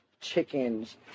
chickens